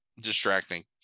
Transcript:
distracting